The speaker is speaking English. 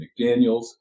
McDaniels